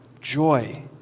joy